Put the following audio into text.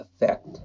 Effect